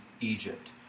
Egypt